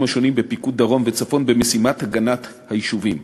השונים בפיקוד דרום וצפון במשימת הגנת היישובים.